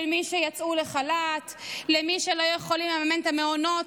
של מי שיצאו לחל"ת, למי שלא יכול לממן את המעונות,